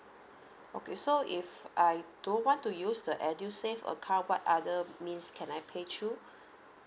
okay so if I don't want to use the edusave account what other means can I pay through